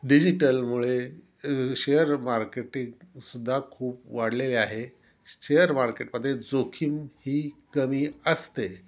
डिजिटलमुळे share मार्केटींगसुद्धा खूप वाढलेले आहे शेअर मार्केटमध्ये जोखिम ही कमी असते